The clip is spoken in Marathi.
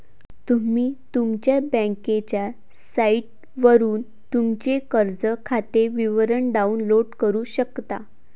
तुम्ही तुमच्या बँकेच्या साइटवरून तुमचे कर्ज खाते विवरण डाउनलोड करू शकता